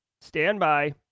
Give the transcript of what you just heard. Standby